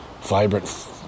vibrant